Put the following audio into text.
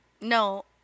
No